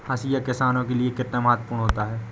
हाशिया किसान के लिए कितना महत्वपूर्ण होता है?